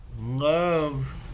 love